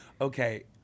okay